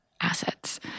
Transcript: assets